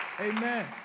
Amen